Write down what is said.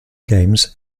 games